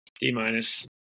D-minus